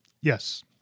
Yes